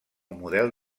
model